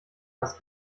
was